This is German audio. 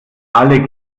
alle